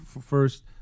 first